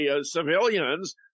civilians